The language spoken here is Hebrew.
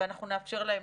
ואנחנו נאפשר להם